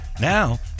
Now